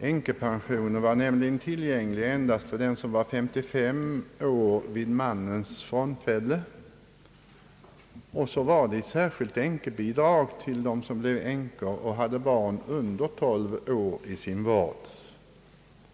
Änkepensioner var nämligen tillgängliga endast för den som var 55 år vid mannens frånfälle. Dessutom fanns ett särskilt änkebidrag till dem som blev änkor och hade barn under 12 år i sin vård.